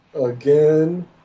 Again